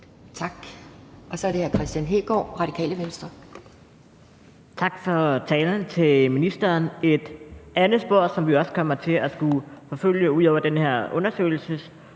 Venstre. Kl. 18:16 Kristian Hegaard (RV): Tak for talen til ministeren. Et andet spor, som vi også kommer til at skulle forfølge, ud over den her undersøgelseskommission,